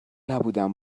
نبودم